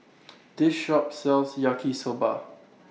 This Shop sells Yaki Soba